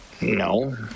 no